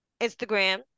Instagram